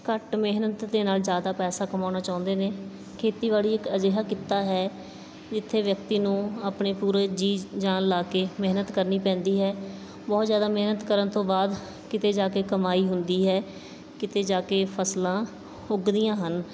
ਘੱਟ ਮਿਹਨਤ ਦੇ ਨਾਲ ਜ਼ਿਆਦਾ ਪੈਸਾ ਕਮਾਉਣਾ ਚਾਹੁੰਦੇ ਨੇ ਖੇਤੀਬਾੜੀ ਇੱਕ ਅਜਿਹਾ ਕਿੱਤਾ ਹੈ ਜਿੱਥੇ ਵਿਅਕਤੀ ਨੂੰ ਆਪਣੇ ਪੂਰੇ ਜੀ ਜਾਨ ਲਾ ਕੇ ਮਿਹਨਤ ਕਰਨੀ ਪੈਂਦੀ ਹੈ ਬਹੁਤ ਜ਼ਿਆਦਾ ਮਿਹਨਤ ਕਰਨ ਤੋਂ ਬਾਅਦ ਕਿਤੇ ਜਾ ਕੇ ਕਮਾਈ ਹੁੰਦੀ ਹੈ ਕਿਤੇ ਜਾ ਕੇ ਫਸਲਾਂ ਉੱਗਦੀਆਂ ਹਨ